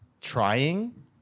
trying